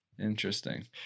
Interesting